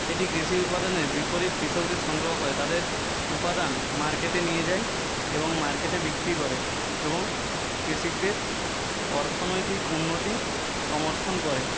এটি কৃষি উপাদানের বিপরীত কৃষকদের সংগ্রহ করে তাদের উপাদান মার্কেটে নিয়ে যায় এবং মার্কেটে বিক্রি করে এবং কৃষিকদের অর্থনৈতিক উন্নতি সমর্থন করে